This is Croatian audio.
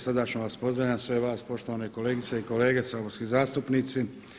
Srdačno vas pozdravljam sve vas poštovane kolegice i kolege saborski zastupnici.